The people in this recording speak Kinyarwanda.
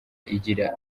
igira